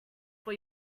for